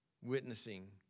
witnessing